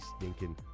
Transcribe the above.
stinking